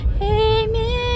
Amen